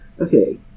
okay